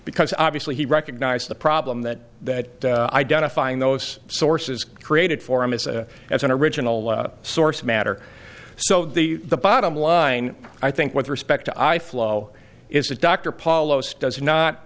because obviously he recognized the problem that that identifying those sources created for him as a as an original source matter so the bottom line i think with respect to i flow is that dr paulo's does not